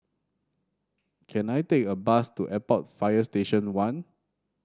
can I take a bus to Airport Fire Station One